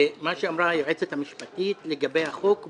ומה שאמרה היועצת המשפטית לגבי החוק ברור.